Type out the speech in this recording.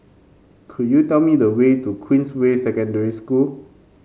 could you tell me the way to Queensway Secondary School